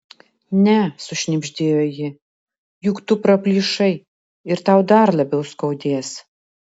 ne sušnibždėjo ji juk tu praplyšai ir tau dar labiau skaudės